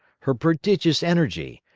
her prodigious energy,